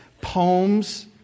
poems